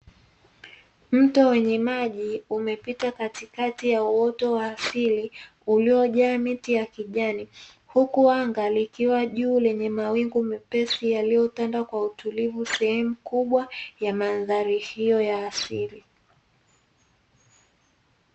Mto wenye maji umepita katikati ya uoto wa kijani uliojaa uoto wa asili huku likiwa juu lenye mawingu mepesi sehemu kubwa ya mandhari hyo ya asili